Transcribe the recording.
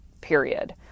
period